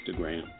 Instagram